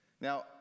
Now